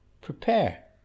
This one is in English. prepare